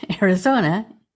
Arizona